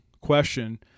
question